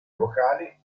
vocali